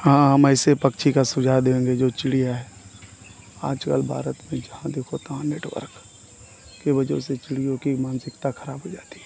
हाँ हम ऐसे पक्षी का सुझाव देंगे जो चिड़िया है आज कल भारत में जहाँ देखो तहाँ नेटवर्क के वजह से चिड़ियों की मानसिकता ख़राब हो जाती है